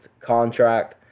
contract